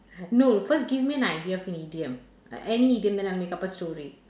no first give me an idea for an idiom like any idiom then I'll make up a story